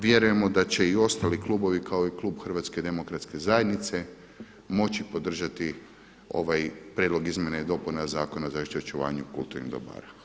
Vjerujemo da će i ostali klubovi kao i klub HDZ-a moći podržati ovaj prijedlog izmjena i dopuna Zakona o zaštiti i očuvanju kulturnih dobara.